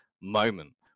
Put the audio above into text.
moment